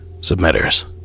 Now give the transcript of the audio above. Submitters